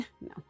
No